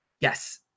yes